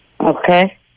Okay